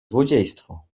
złodziejstwo